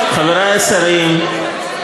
לסיים.